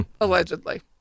allegedly